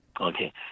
Okay